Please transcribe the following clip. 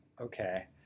okay